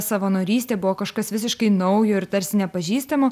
savanorystė buvo kažkas visiškai naujo ir tarsi nepažįstamo